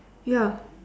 ya